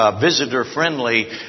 visitor-friendly